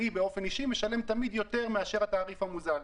אני אישית משלם תמיד יותר מאשר התעריף המוזל.